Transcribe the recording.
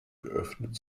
geöffnet